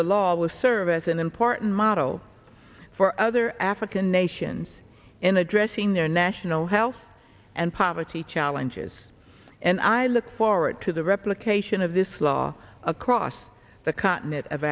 the law will serve as an important model for other african nations in addressing their national health and poverty challenges and i look forward to the replication of this law across the continent of